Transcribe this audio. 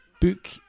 book